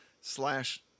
slash